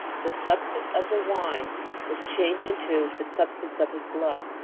the substance of the wine was changed into the substance of his blood.